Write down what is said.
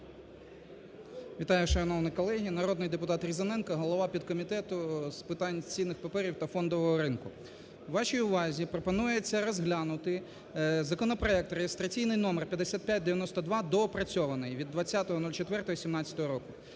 Вітаю, шановні колеги! Народний депутат Різаненко, голова підкомітету з питань цінних паперів та фондового ринку. Вашій увазі пропонується розглянути законопроект реєстраційний номер 5592 доопрацьований від 20.04.2017 року.